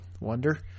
wonder